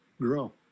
grow